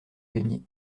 gagner